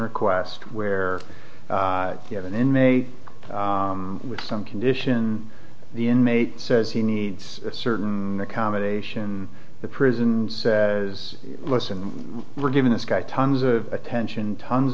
request where you have an inmate with some condition the inmate says he needs a certain accommodation the prison is listen we're giving this guy tons of attention tons